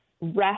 Rest